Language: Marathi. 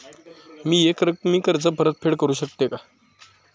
मी एकरकमी कर्ज परतफेड करू शकते का?